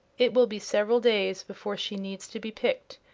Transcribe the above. it will be several days before she needs to be picked,